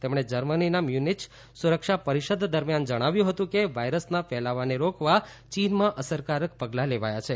તેમણે જર્મનીના મ્યુનિચ સુરક્ષા પરિષદ દરમિયાન જણાવ્યું હતું કે વાઈરસના ફેલાવાને રોકવા ચીનમાં અસરકારક પગલાં લેવાયા છે